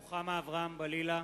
(קורא בשמות חברי הכנסת) רוחמה אברהם-בלילא,